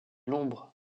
l’ombre